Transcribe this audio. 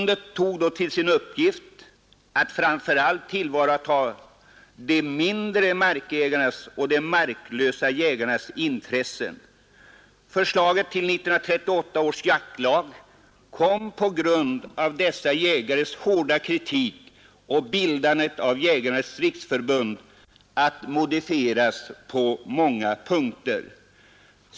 Detta tog till sin uppgift att framför allt tillvarata de mindre markägarnas och de marklösa jägarnas intressen. Förslaget till 1938 års jaktlag kom på grund av dessa jägares hårda kritik och bildandet av Jägarnas riksförbund att modifieras på många punkter.